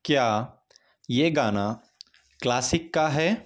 کیا یہ گانا کلاسک کا ہے